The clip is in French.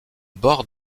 bord